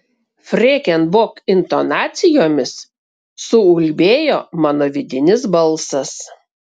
freken bok intonacijomis suulbėjo mano vidinis balsas